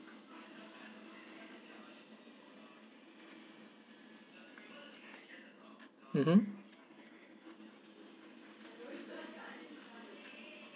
mmhmm